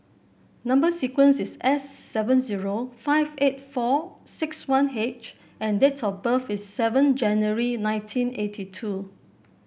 number sequence is S seven zero five eight four six one H and date of birth is seven January nineteen eighty two